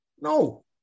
No